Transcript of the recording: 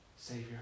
Savior